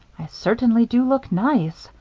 i certainly do look nice,